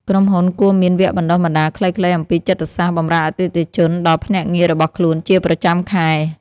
ក្រុមហ៊ុនគួរមានវគ្គបណ្ដុះបណ្ដាលខ្លីៗអំពីចិត្តសាស្ត្របម្រើអតិថិជនដល់ភ្នាក់ងាររបស់ខ្លួនជាប្រចាំខែ។